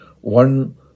One